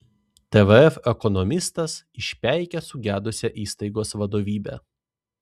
tvf ekonomistas išpeikė sugedusią įstaigos vadovybę